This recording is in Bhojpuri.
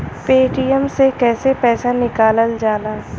पेटीएम से कैसे पैसा निकलल जाला?